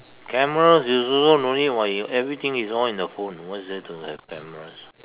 cameras you also no need [what] everything is all in your phone why is there to have cameras